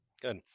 Good